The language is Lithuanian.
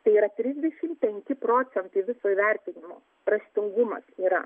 tai yra trisdešimt penki procentai viso įvertinimo raštingumas yra